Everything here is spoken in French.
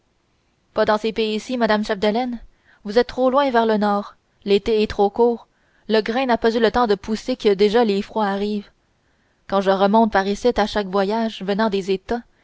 pas dans ce pays-ci madame chapdelaine vous êtes trop loin vers le nord l'été est trop court le grain n'a pas eu le temps de pousser que déjà les froids arrivent quand je remonte par icitte à chaque voyage venant des états